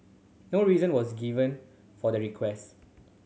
no reason was given for the request